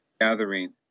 gathering